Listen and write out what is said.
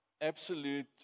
absolute